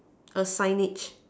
a signage